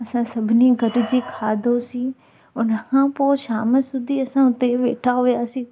असां सभिनी गॾिजी खाधोसी उन खां पोइ शाम सूदी असां हुते वेठा हुआसीं